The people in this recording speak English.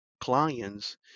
clients